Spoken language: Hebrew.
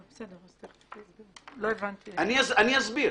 אני אסביר.